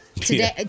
Today